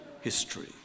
history